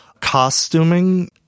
Costuming